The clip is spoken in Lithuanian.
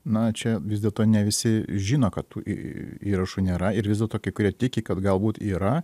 na čia vis dėlto ne visi žino kad tų į įrašų nėra ir vis dėl to kai kurie tiki kad galbūt yra